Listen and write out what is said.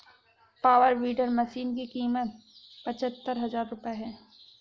power weeder machine की कीमत पचहत्तर हजार रूपये है